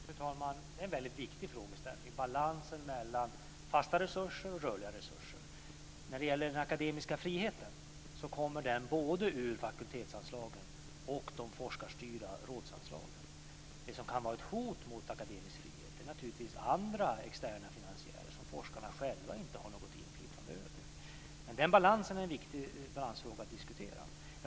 Fru talman! Det är en väldigt viktig frågeställning som gäller balansen mellan fasta resurser och rörliga resurser. Den akademiska friheten kommer både ur fakultetsanslagen och från de forskarstyrda rådsanslagen. Det som kan vara ett hot mot akademisk frihet är naturligtvis andra externa finansiärer som forskarna själva inte har något inflytande över. Balansfrågan är viktig att diskutera.